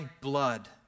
blood